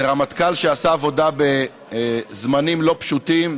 זה רמטכ"ל שעשה עבודה בזמנים לא פשוטים,